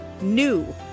new